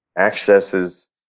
accesses